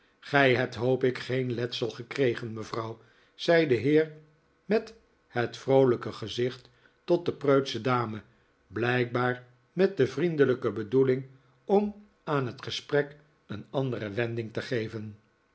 gij hebt hoop ik geen letsel gekregen mevrouw zei de heer met het vroolijke gezicht tot de preutsche dame blijkbaar met de vriendelijke bedoeling om aan het gesprek een andere wending te geven